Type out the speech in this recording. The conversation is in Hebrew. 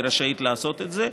היא רשאית לעשות את זה.